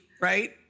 Right